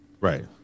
right